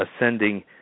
ascending